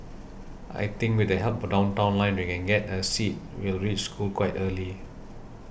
I think with the help of Downtown Line we can get a seat we'll reach school quite early